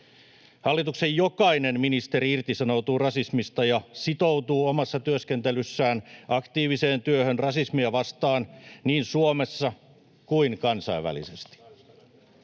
Hallituksen jokainen ministeri irtisanoutuu rasismista ja sitoutuu omassa työskentelyssään aktiiviseen työhön rasismia vastaan niin Suomessa kuin kansainvälisesti.